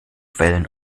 wellen